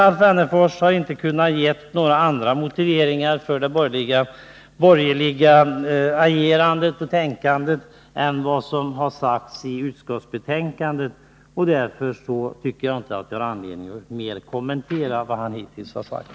Alf Wennerfors har inte kunnat ge några andra motiveringar till de borgerligas agerande och tänkande än vad som har sagts i utskottsbetänkandet, och därför tycker jag inte att jag har anledning att mer kommentera det som han hittills har sagt.